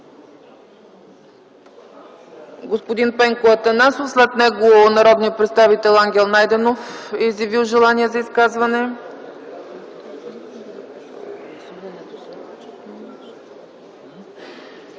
Господин Пенко Атанасов, след него народният представител Ангел Найденов е изявил желание за изказване.